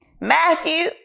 Matthew